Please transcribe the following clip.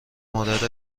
مادر